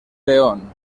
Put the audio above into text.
león